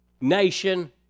nation